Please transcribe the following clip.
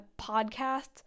podcast